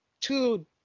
two